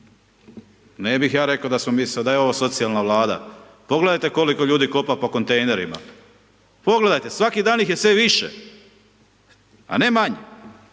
ne bih ja rekao da je ovo socijalna Vlada. Pogledajte koliko ljudi kopa po kontejnerima, pogledajte, svaki dan ih je sve više, a ne manje.